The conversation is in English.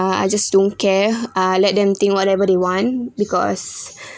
ah I just don't care ah let them think whatever the want because